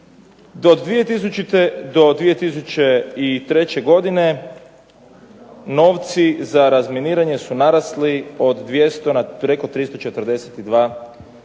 do 2003. godine novci za razminiranje su narasli od 200 na preko